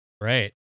Right